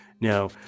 now